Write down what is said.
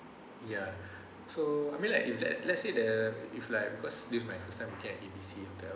ya so I mean like if let if let's say the if like because this my first time booking at A B C hotel